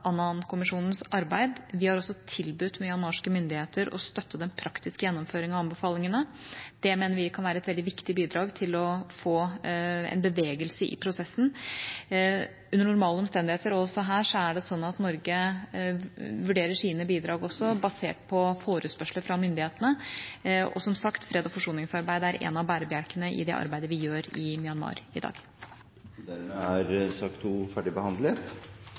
arbeid. Vi har også tilbudt myanmarske myndigheter å støtte den praktiske gjennomføringen av anbefalingene. Det mener vi kan være er et veldig viktig bidrag til å få bevegelse i prosessen. Under normale omstendigheter – og også her – er det sånn at Norge vurderer sine bidrag basert på forespørsler fra myndighetene. Og som sagt: Freds- og forsoningsarbeid er en av bærebjelkene i det arbeidet vi gjør i Myanmar i dag. Flere har ikke bedt om ordet til sak